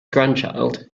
grandchild